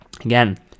Again